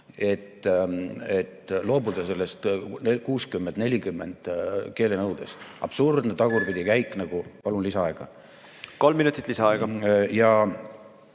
et loobuda sellest 60 : 40 keelenõudest. Absurdne tagurpidikäik nagu ... Palun lisaaega. Kolm minutit lisaaega. Ja